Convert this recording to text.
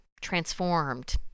transformed